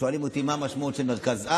כששואלים אותי מה המשמעות של מרכז-על,